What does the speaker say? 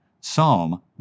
Psalm